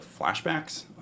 flashbacks